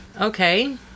Okay